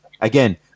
again